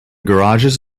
garages